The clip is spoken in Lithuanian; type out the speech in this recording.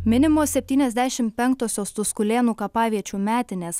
minimos septyniasdešim penktosios tuskulėnų kapaviečių metinės